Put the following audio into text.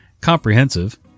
comprehensive